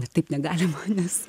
ne taip negalima nes